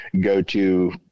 go-to